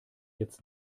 jetzt